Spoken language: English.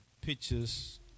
pictures